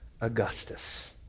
Augustus